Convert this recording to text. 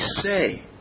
say